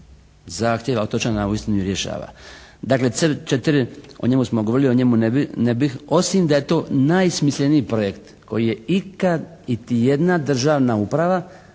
zahtjeva otočana uistinu rješava. Dakle «CEP 4», o njemu smo govorili, o njemu ne bih osim da je to najsmisleniji projekt koji je ikad iti jedna državna uprava